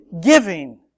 giving